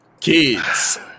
kids